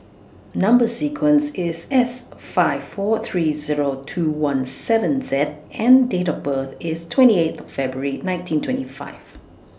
Number sequence IS S five four three Zero two one seven Z and Date of birth IS twenty eighth February nineteen twenty five